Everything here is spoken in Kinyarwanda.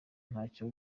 ntacyo